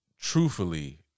truthfully